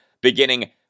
beginning